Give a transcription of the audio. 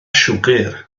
siwgr